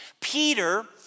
Peter